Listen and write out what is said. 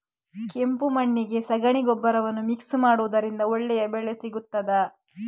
ಕೆಂಪು ಮಣ್ಣಿಗೆ ಸಗಣಿ ಗೊಬ್ಬರವನ್ನು ಮಿಕ್ಸ್ ಮಾಡುವುದರಿಂದ ಒಳ್ಳೆ ಬೆಳೆ ಸಿಗುತ್ತದಾ?